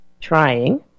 trying